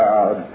God